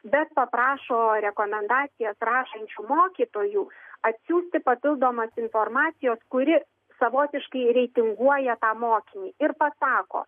bet paprašo rekomendacijas rašančių mokytojų atsiųsti papildomos informacijos kuri savotiškai reitinguoja tą mokinį ir pasako